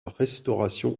restauration